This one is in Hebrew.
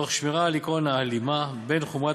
תוך שמירה על עקרון ההלימה בין חומרת